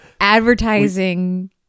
advertising